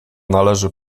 należy